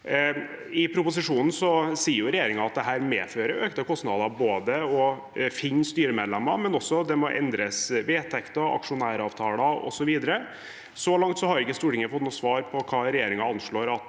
I proposisjonen sier regjeringen at dette medfører økte kostnader, både å finne styremedlemmer og å endre vedtekter, aksjonæravtaler osv. Så langt har ikke Stortinget fått noe svar på hva regjeringen anslår